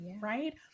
Right